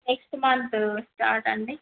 next month start అండి